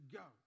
go